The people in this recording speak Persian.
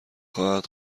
خواهد